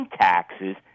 taxes